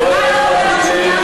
מה כתוב בדוח?